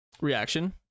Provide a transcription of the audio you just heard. Reaction